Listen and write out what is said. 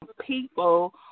people